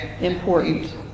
important